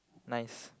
nice